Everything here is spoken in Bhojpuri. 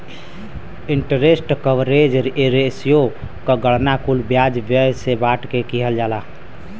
इंटरेस्ट कवरेज रेश्यो क गणना कुल ब्याज व्यय से बांट के किहल जाला